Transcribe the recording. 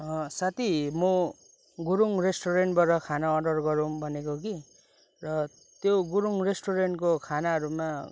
साथी म गुरुङ रेस्टुरेन्टबाट खाना अडर गरौँ भनेको कि र त्यो गुरुङ रेस्टुरेन्टको खानाहरूमा